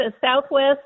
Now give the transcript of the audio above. Southwest